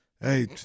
hey